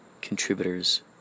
contributors